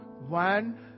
One